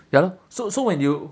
ya lor so so when you